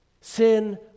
Sin